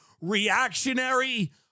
reactionary